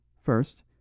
First